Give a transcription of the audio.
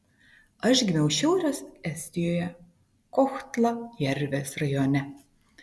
aš gimiau šiaurės estijoje kohtla jervės rajone